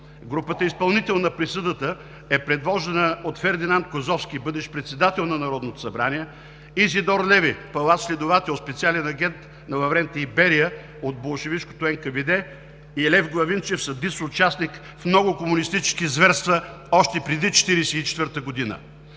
Групата изпълнител на присъдата е предвождана от Фердинанд Козовски – бъдещ председател на Народното събрание, Изидор Леви – палач-следовател, специален агент на Лаврентий Берия от болшевишкото НКВД, и Лев Главинчев – садист, участник в много комунистически зверства още преди 1944 г.